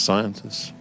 Scientists